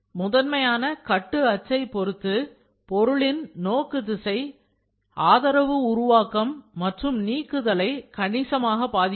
முதன்மையான கட்டு அச்சை பொருத்து பொருளின் நோக்கு திசை ஆதரவு உருவாக்கம் மற்றும் நீக்குதலை கணிசமாக பாதிக்கிறது